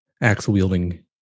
axe-wielding